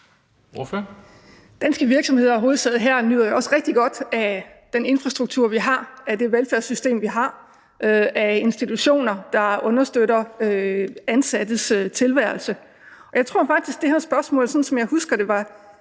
med hovedsæde her nyder jo også rigtig godt af den infrastruktur, vi har, af det velfærdssystem, vi har, af institutioner, der understøtter ansattes tilværelse. Og jeg tror faktisk, det her spørgsmål, sådan som jeg husker det,